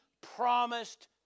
promised